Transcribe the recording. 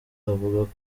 avuga